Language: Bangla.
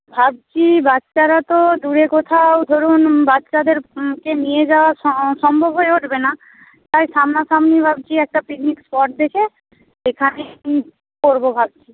ভাবছি বাচ্চারা তো দূরে কোথাও ধরুন বাচ্চাদেরকে নিয়ে যাওয়া সম্ভব হয়ে উঠবে না তাই সামনাসামনি ভাবছি একটা পিকনিক স্পট দেখে এখানেই করবো ভাবছি